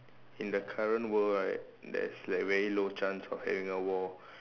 in the current world right there's like very low chance of having a war